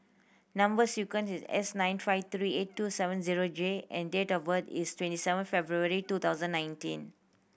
number sequence is S nine five three eight two seven zero J and date of birth is twenty seven February two thousand nineteen